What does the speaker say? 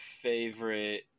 favorite